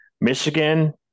michigan